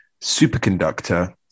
superconductor